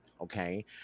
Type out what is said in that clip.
Okay